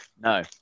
No